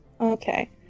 Okay